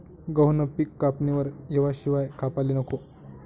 गहूनं पिक कापणीवर येवाशिवाय कापाले नको